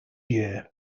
year